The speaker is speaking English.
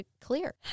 clear